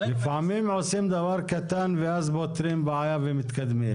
לפעמים עושים דבר קטן ואז פותרים בעיה ומתקדמים.